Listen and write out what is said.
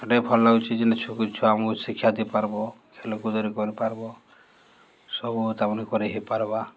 ସେଟା ବି ଭଲ୍ ଲାଗୁଛେ ଜେନ୍ଟା ଛୁଆମାନ୍କୁ ଶିକ୍ଷା ଦେଇପାର୍ବ ଖେଲକୁଦରେ କରିପାର୍ବ ସବୁ ତାମାନେ ହେଇପାର୍ବା